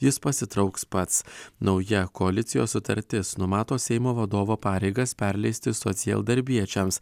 jis pasitrauks pats nauja koalicijos sutartis numato seimo vadovo pareigas perleisti socialdarbiečiams